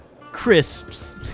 crisps